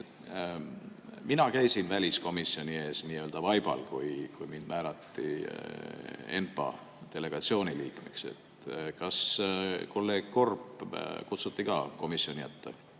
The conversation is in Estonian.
Mina käisin väliskomisjoni ees nii-öelda vaibal, kui mind määrati ENPA delegatsiooni liikmeks. Kas kolleeg Korb kutsuti ka komisjon ette?